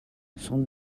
son